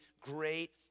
Great